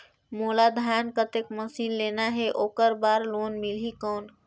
मोला धान कतेक मशीन लेना हे ओकर बार लोन मिलही कौन?